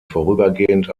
vorübergehend